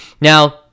Now